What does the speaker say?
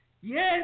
Yes